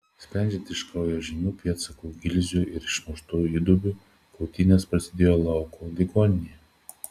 sprendžiant iš kraujo žymių pėdsakų gilzių ir išmuštų įdubų kautynės prasidėjo lauko ligoninėje